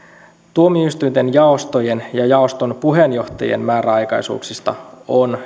tuomioistuinten jaostojen ja jaoston puheenjohtajien määräaikaisuuksista on